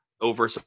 over